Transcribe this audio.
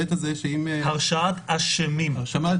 האינטרס הציבורי הוא להרשיע את האשמים.